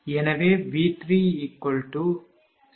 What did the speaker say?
எனவே V30